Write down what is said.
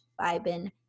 vibin